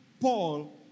Paul